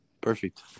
Perfect